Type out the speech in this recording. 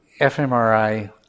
fMRI